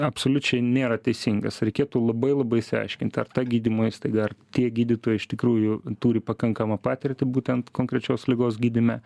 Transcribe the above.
absoliučiai nėra teisingas reikėtų labai labai išsiaiškint ar ta gydymo įstaiga ar tie gydytojai iš tikrųjų turi pakankamą patirtį būtent konkrečios ligos gydyme